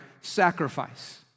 sacrifice